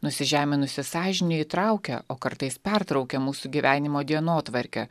nusižeminusi sąžinė įtraukia o kartais pertraukia mūsų gyvenimo dienotvarkę